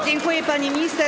Dziękuję, pani minister.